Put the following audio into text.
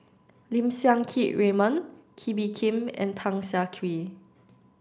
Lim Siang Keat Raymond Kee Bee Khim and Tan Siah Kwee